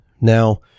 Now